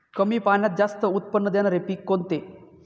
कमी पाण्यात जास्त उत्त्पन्न देणारे पीक कोणते?